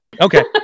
Okay